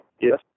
Yes